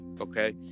okay